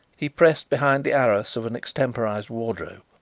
he pressed behind the arras of an extemporized wardrobe,